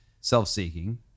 self-seeking